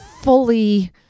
fully